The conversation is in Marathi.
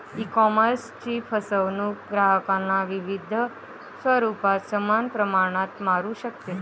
ईकॉमर्सची फसवणूक ग्राहकांना विविध स्वरूपात समान प्रमाणात मारू शकते